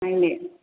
नायनो